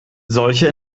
solche